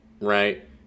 right